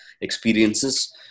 experiences